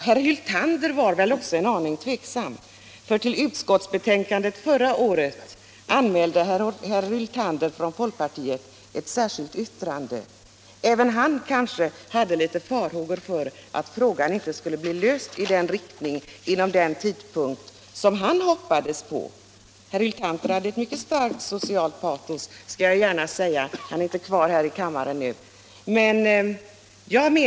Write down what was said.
Herr Hyltander var väl också en aning tveksam, för till utskottsbetänkandet förra året anmälde han från folkpartiet ett särskilt yttrande. Även han kanske hade farhågor för att frågan inte skulle bli löst i den riktning och inom den tid som han hade hoppats på. Herr Hyltander, som inte är kvar i kammaren, hade ett mycket starkt socialt patos.